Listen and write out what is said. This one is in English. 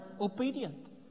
obedient